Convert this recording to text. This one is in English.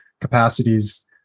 capacities